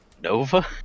Nova